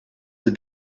have